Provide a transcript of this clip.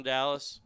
Dallas